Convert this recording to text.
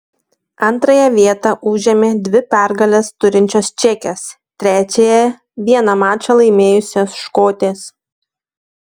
antrąją vietą užėmė dvi pergales turinčios čekės trečiąją vieną mačą laimėjusios škotės